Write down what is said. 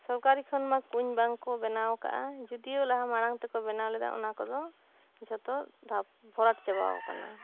ᱥᱚᱨᱠᱟᱨᱤ ᱠᱷᱚᱱ ᱢᱟ ᱠᱩᱧ ᱵᱟᱝᱠᱚ ᱵᱮᱱᱟᱣ ᱠᱟᱜ ᱟ ᱡᱚᱫᱤᱣᱳ ᱞᱟᱦᱟ ᱢᱟᱲᱟᱝ ᱛᱮᱠᱚ ᱵᱮᱱᱟᱣ ᱞᱮᱫᱟ ᱚᱱᱟ ᱠᱚᱫᱚ ᱡᱷᱚᱛᱚ ᱫᱷᱟᱯ ᱵᱷᱚᱨᱟᱴ ᱪᱟᱵᱟᱣ ᱠᱟᱱᱟ